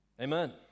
Amen